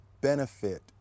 benefit